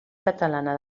catalana